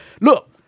look